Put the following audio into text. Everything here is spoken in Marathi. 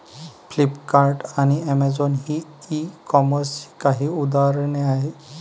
फ्लिपकार्ट आणि अमेझॉन ही ई कॉमर्सची काही उदाहरणे आहे